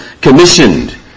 commissioned